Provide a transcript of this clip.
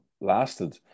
lasted